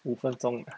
五分钟